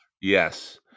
Yes